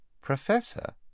Professor